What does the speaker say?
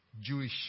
Jewish